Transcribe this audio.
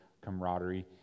camaraderie